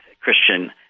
Christian